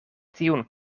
tiun